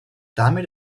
damit